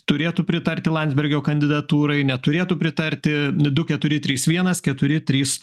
turėtų pritarti landsbergio kandidatūrai neturėtų pritarti du keturi trys vienas keturi trys